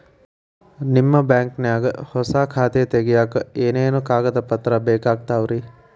ನಿಮ್ಮ ಬ್ಯಾಂಕ್ ನ್ಯಾಗ್ ಹೊಸಾ ಖಾತೆ ತಗ್ಯಾಕ್ ಏನೇನು ಕಾಗದ ಪತ್ರ ಬೇಕಾಗ್ತಾವ್ರಿ?